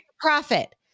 profit